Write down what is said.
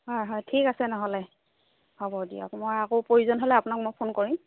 হয় হয় ঠিক আছে নহ'লে হ'ব দিয়ক মই আকৌ প্ৰয়োজন হ'লে আপোনাক মই ফোন কৰিম